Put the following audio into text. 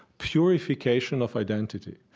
purification of identity.